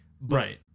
Right